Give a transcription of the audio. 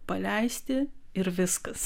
paleisti ir viskas